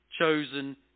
chosen